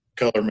Color